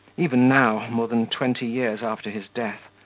even now, more than twenty years after his death,